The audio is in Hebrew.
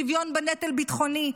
בשוויון בנטל ביטחוני.